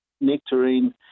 nectarine